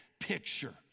picture